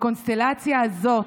בקונסטלציה הזאת,